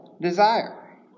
desire